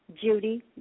Judy